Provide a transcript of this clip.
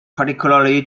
particularly